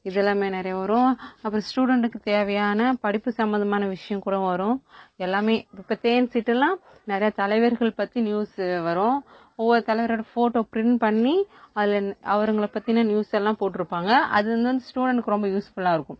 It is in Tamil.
இது எல்லாம் நிறைய வரும் அப்புறோம் ஸ்டூடன்ட்டுக்கு தேவையான படிப்பு சம்மந்தமான விஷயோம் கூடம் வரும் எல்லாம் இப்போ தேன்சிட்டுலாம் நிறைய தலைவர்கள் பற்றி நியூஸு வரும் ஒவ்வொரு தலைவரோடய போட்டோ பிரிண்ட் பண்ணி அதில் அவருங்கள பற்றின நியூஸெல்லாம் போட்டுருப்பாங்க அது வந்து ஸ்டூடென்ட்டுகளுக்கு ரொம்ப யூஸ்ஃபுல்லாக இருக்கும்